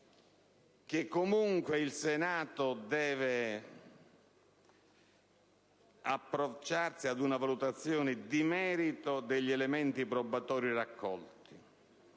che comunque il Senato non deve approcciarsi ad una valutazione di merito degli elementi probatori raccolti.